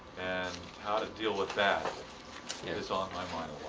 and how to deal with that is on my mind